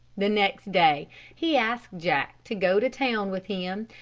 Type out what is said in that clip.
the next day he asked jack to go to town with him,